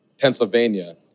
Pennsylvania